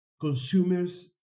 consumers